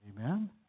Amen